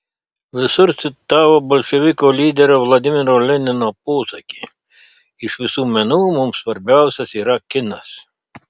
visur citavo bolševikų lyderio vladimiro lenino posakį iš visų menų mums svarbiausias yra kinas